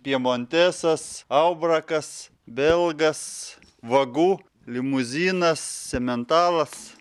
pjemontesas aubrakas belgas vagu limuzinas sementalas